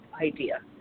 idea